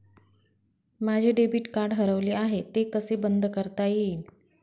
माझे debit card हरवले आहे ते कसे बंद करता येईल?